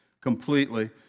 completely